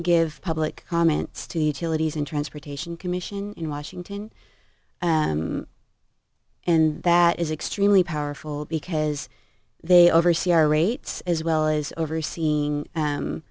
give public comments to in transportation commission in washington and that is extremely powerful because they oversee our rates as well as overseeing